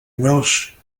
welsh